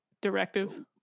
Directive